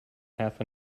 half